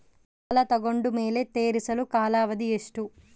ಸಾಲ ತಗೊಂಡು ಮೇಲೆ ತೇರಿಸಲು ಕಾಲಾವಧಿ ಎಷ್ಟು?